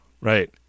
Right